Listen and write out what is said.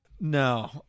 No